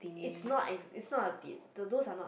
is not is not a bit the those are not